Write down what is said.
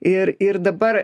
ir ir dabar